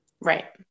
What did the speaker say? right